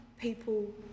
people